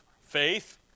Faith